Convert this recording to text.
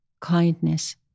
kindness